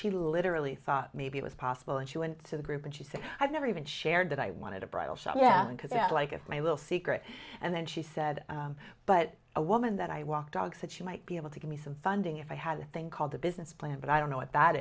she literally thought maybe it was possible and she went to the group and she said i've never even shared that i wanted a bridal shop yeah because that's like it's my little secret and then she said but a woman that i walked augsburg she might be able to give me some funding if i had a thing called the business plan but i don't know what that